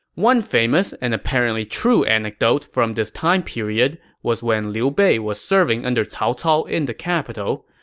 one famous and apparently true anecdote from this time period was when liu bei was serving under cao cao in the capital.